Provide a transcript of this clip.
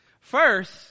First